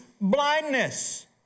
blindness